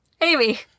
Amy